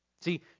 See